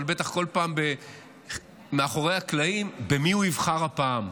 בטח כל פעם מאחורי הקלעים: במי הוא יבחר הפעם?